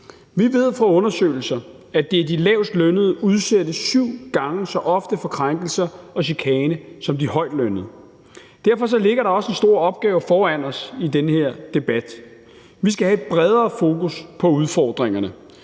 Vi ved fra undersøgelser, at de lavest lønnede udsættes syv gange så ofte for krænkelser og chikane end de højtlønnede. Derfor ligger der også en stor opgave foran os i den her debat. Vi skal have et bredere fokus på udfordringerne,